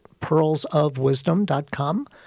pearlsofwisdom.com